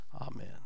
Amen